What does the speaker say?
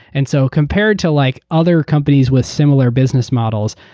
and so compared to like other companies with similar business models,